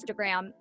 Instagram